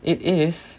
it it is